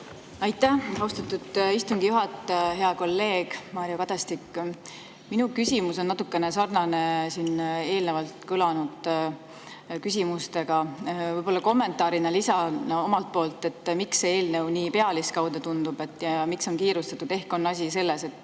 Aitäh, austatud istungi juhataja! Hea kolleeg Mario Kadastik! Minu küsimus on natuke sarnane siin eelnevalt kõlanud küsimustega. Võib-olla kommentaarina lisan omalt poolt, et miks see eelnõu nii pealiskaudne tundub ja miks on kiirustatud: ehk on asi selles, et